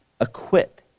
Equip